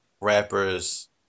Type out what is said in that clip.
rappers